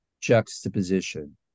juxtaposition